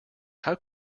how